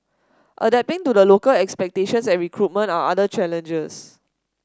adapting to the local expectation and recruitment are other challenges